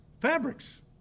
fabrics